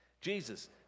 Jesus